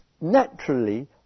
naturally